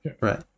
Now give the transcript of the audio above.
right